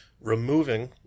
removing